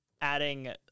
adding